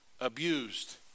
Abused